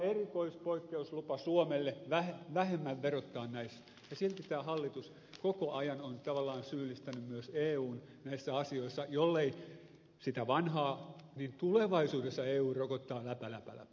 eulta on erikoispoikkeuslupa suomelle vähemmän verottaa näissä ja silti tämä hallitus koko ajan on tavallaan syyllistänyt myös eun näissä asioissa jollei sitä vanhaa niin tulevaisuudessa eu rokottaa läpä läpä läpä